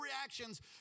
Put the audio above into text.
reactions